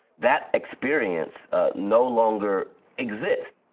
that experience no longer exists.